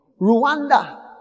Rwanda